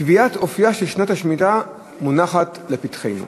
קביעת אופייה של שנת השמיטה מונחת לפתחנו.